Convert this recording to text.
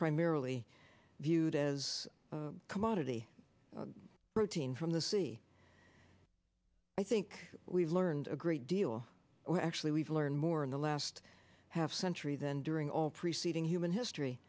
primarily viewed as commodity protein from the sea i think we've learned a great deal or actually we've learned more in the last half century than during all preceding human history